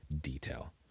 detail